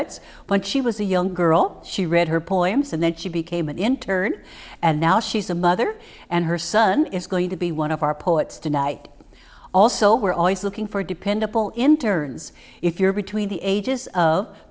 s when she was a young girl she read her poems and then she became an intern and now she's a mother and her son is going to be one of our poets tonight also we're always looking for dependable interns if you're between the ages of